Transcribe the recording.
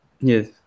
yes